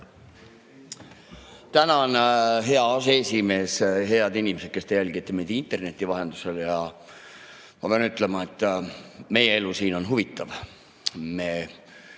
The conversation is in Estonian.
Tänan, hea aseesimees! Head inimesed, kes te jälgite meid interneti vahendusel! Ma pean ütlema, et meie elu siin on huvitav.